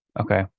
Okay